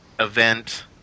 event